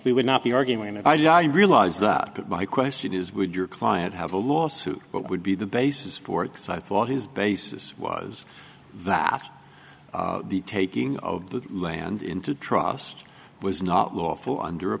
we would not be arguing that i did i realize that but my question is would your client have a lawsuit what would be the basis for it because i thought his basis was that the taking of the land into trust was not lawful under a